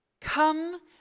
come